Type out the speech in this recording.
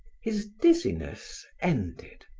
his dizziness ended.